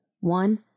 One